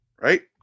right